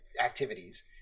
activities